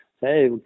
Hey